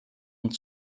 und